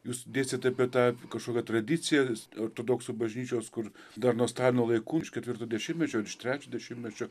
jūs dėstėt apie tą kažkokią tradicijas ortodoksų bažnyčios kur dar nuo stalino laikų iš ketvirto dešimtmečio ar iš trečio dešimtmečio